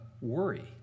Worry